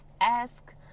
Ask